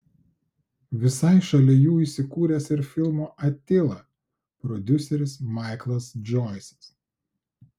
visai šalia jų įsikūręs ir filmo atila prodiuseris maiklas džoisas